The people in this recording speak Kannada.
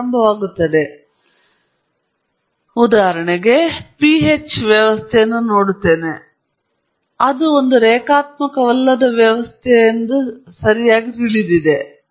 ಮತ್ತು ನಾನು ತಿಳಿದಿದ್ದರೆ ಉದಾಹರಣೆಗೆ ನಾನು PH ವ್ಯವಸ್ಥೆಯನ್ನು ನೋಡುತ್ತಿದ್ದೇನೆ ಅದು ಒಂದು ರೇಖಾತ್ಮಕವಲ್ಲದ ವ್ಯವಸ್ಥೆಯನ್ನು ಸರಿಯಾಗಿ ತಿಳಿದಿದೆ